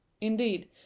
Indeed